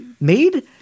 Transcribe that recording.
made